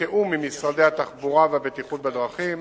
בתיאום עם משרדי התחבורה והבטיחות בדרכים,